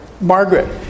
Margaret